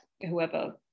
whoever